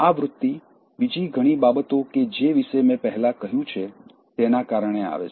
આ વૃત્તિ બીજી ઘણી બાબતો કે જે વિશે મેં પહેલાં કહ્યું છે તેના કારણે આવે છે